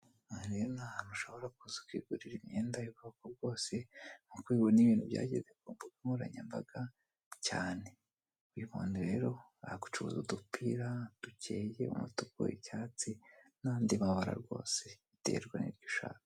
Aha rero ni ahantu ushobora kuza ukigurira imyenda y'ubwoko bwose nk'uko ubibona ibintu byageze ku mbuga nkoranyambaga cyane . rUabibona rero aha ducuruza udupira dukeye umutuku, icyatsi n'andi mabara rwose biterwa n'ibyo ushaka.